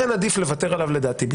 לכן עדיף לוותר עליו בכלל, לדעתי.